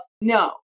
no